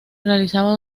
realizaba